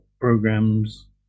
programs